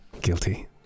Guilty